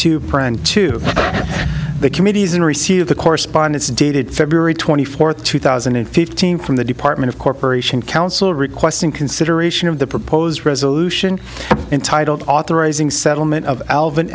two brand to the committees in receipt of the correspondence dated february twenty fourth two thousand and fifteen from the department of corporation counsel requesting consideration of the proposed resolution entitled authorizing settlement of alvin